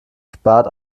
spart